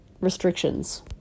restrictions